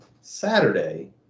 Saturday